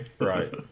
Right